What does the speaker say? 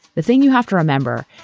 the thing you have to remember,